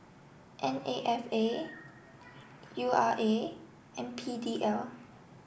N A F A U R A and P D L